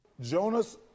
Jonas